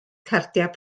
cardiau